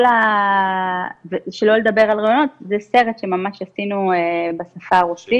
ושלא לדבר על ריאיונות וסרט שעשינו ממש בשפה הרוסית.